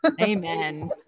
Amen